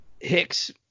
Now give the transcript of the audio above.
Hicks